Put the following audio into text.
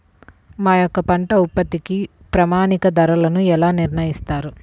మా యొక్క పంట ఉత్పత్తికి ప్రామాణిక ధరలను ఎలా నిర్ణయిస్తారు?